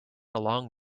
along